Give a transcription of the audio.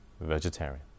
vegetarian